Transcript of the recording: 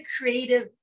creative